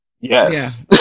yes